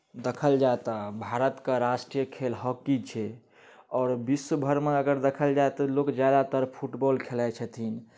देखल जाय तऽ भारतके राष्ट्रीय खेल हॉकी छै आओर विश्व भरिमे अगर देखल जाय तऽ लोक ज्यादातर फुटबॉल खेलाइत छथिन